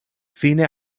fine